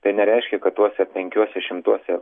tai nereiškia kad tuose penkiuose šimtuose